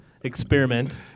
experiment